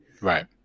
right